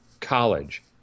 college